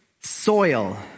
soil